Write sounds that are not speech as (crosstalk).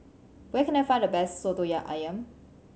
where can I find the best soto (unintelligible) ayam